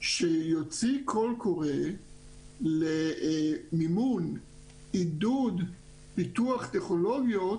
שיוציא קול קורא למימון עידוד פיתוח טכנולוגיות